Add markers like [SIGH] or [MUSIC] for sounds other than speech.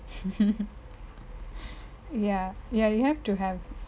[LAUGHS] ya ya you have to have